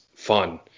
fun